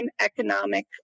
economic